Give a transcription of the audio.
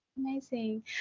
Amazing